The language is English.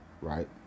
Right